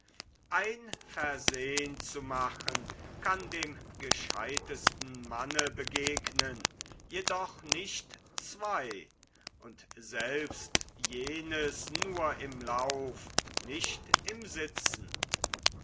ein versehn zu machen kann dem gescheutesten manne begegnen jedoch nicht zwei und selbst jenes nur im lauf nicht im sitzen